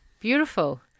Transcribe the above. beautiful